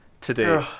today